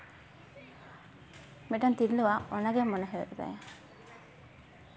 ᱢᱤᱫᱴᱮᱱ ᱛᱤᱨᱞᱟᱹᱣᱟᱜ ᱚᱱᱟᱜᱮ ᱢᱚᱱᱮ ᱦᱩᱭᱩᱜ ᱛᱟᱭᱟ